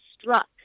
struck